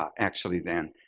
actually then,